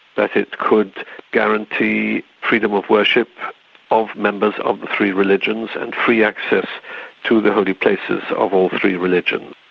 that it could guarantee freedom of worship of members of the three religions, and free access to the holy places of all three religions.